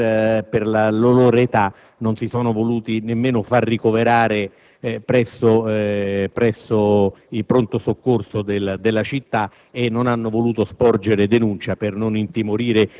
due ragazzi giovanissimi, i quali, proprio per la loro età, non si sono voluti nemmeno fare ricoverare presso il pronto soccorso della città